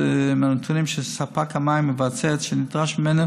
מהנתונים שספק המים מבצע את שנדרש ממנו,